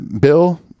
Bill